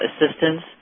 assistance